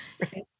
Right